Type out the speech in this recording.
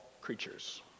creatures